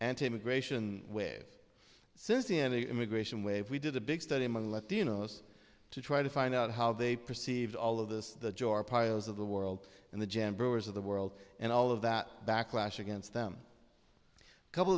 the immigration wave we did a big study among latinos to try to find out how they perceived all of this the piles of the world and the jan brewer's of the world and all of that backlash against them a couple